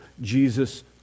Jesus